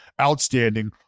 outstanding